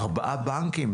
ארבעה בנקים,